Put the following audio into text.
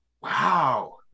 wow